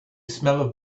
smell